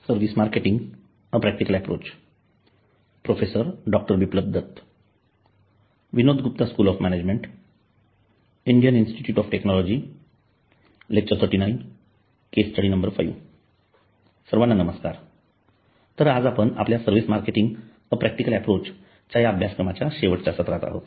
सर्वाना नमस्कार तर आज आपण आपल्या service marketing a practical approach या अभ्यासक्रमाच्या शेवटच्या सत्रात आहोत